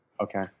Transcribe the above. Okay